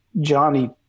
Johnny